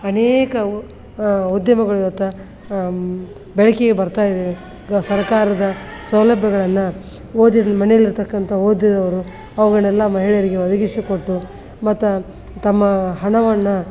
ಅನೇಕ ಉದ್ಯಮಗಳು ಇವತ್ತು ಬೆಳಕಿಗೆ ಬರ್ತಾಯಿದೆ ಈಗ ಸರಕಾರದ ಸೌಲಭ್ಯಗಳನ್ನು ಓದಿ ಮನೆಯಲ್ಲಿರತಕ್ಕಂತ ಓದಿದವರು ಅವುಗಳೆಲ್ಲ ಮಹಿಳೆಯರಿಗೆ ಒದಗಿಸಿಕೊಟ್ಟು ಮತ್ತು ತಮ್ಮ ಹಣವನ್ನು